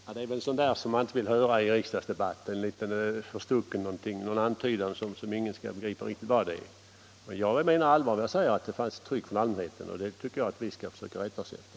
Herr talman! Det är sådant där man inte vill höra i riksdagsdebatten. En förstucken antydan, som ingen skall riktigt begripa vad det är. Jag menar allvar att det var tryck från allmänheten, och jag menar att vi skall försöka rätta oss efter det.